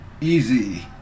easy